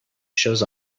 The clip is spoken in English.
shows